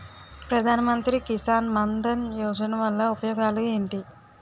ప్రధాన మంత్రి కిసాన్ మన్ ధన్ యోజన వల్ల ఉపయోగాలు ఏంటి?